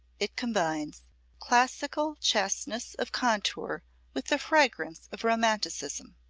it combines classical chasteness of contour with the fragrance of romanticism.